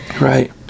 Right